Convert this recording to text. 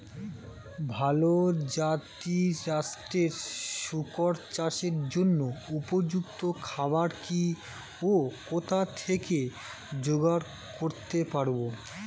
ভালো জাতিরাষ্ট্রের শুকর চাষের জন্য উপযুক্ত খাবার কি ও কোথা থেকে জোগাড় করতে পারব?